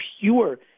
pure